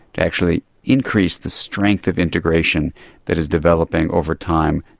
to actually increase the strength of integration that is developing over time.